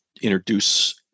introduce